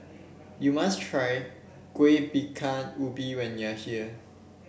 you must try Kuih Bingka Ubi when you are here